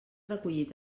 recollir